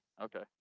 Okay